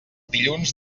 dilluns